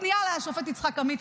פנייה לשופט יצחק עמית,